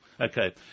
Okay